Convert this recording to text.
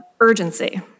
urgency